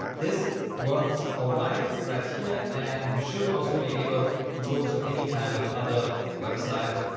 this works all right right here and we should also be able to go to any kind of other website,